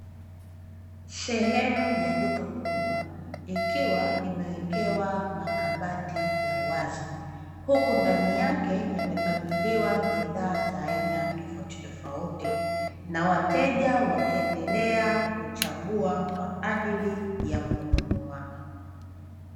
Sehemu ya duka kubwa, ikiwa imewekewa makabati ya wazi, huku ndani yake yamepangiliwa bidhaa za aina tofautitofauti na wateja wakiendelea kuchagua kwa ajili ya kununua.